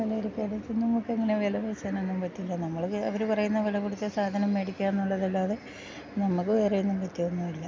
പലചരക്ക് കടയിൽ ചെന്ന് നമുക്ക് അങ്ങനെ വില വില പേശാനൊന്നും പറ്റില്ല നമ്മൾ ഇത് അവർ പറയുന്ന വില കൊടുത്ത് സാധനം മേടിക്കാന്നുള്ളതല്ലാതെ നമ്മക്ക് വേറേയൊന്നും പറ്റിയൊന്നു ഇല്ല